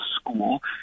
School